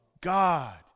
God